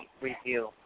review